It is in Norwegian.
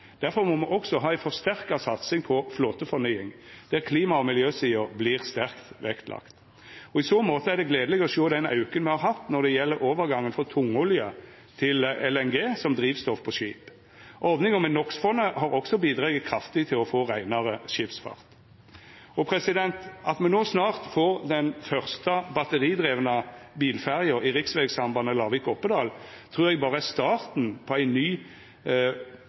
Derfor må me også ha ei forsterka satsing på flåtefornying, der klima- og miljøsida vert sterkt vektlagd. I så måte er det gledeleg å sjå den auken me har hatt når det gjeld overgangen frå tungolje til LNG som drivstoff på skip. Ordninga med NOx-fondet har også bidrege kraftig til å få reinare skipsfart. At me no snart får den første batteridrivne bilferja i riksvegsambandet Lavik–Oppedal, trur eg berre er starten på ei